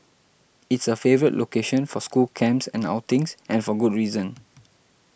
it's a favourite location for school camps and outings and for good reason